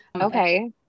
Okay